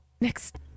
Next